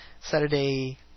Saturday